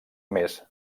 mes